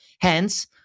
Hence